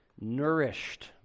nourished